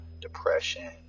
depression